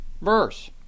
verse